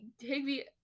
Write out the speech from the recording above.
Higby